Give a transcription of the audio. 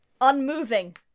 unmoving